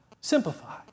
simplify